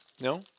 No